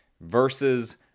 versus